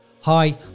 Hi